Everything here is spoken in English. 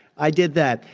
i did that.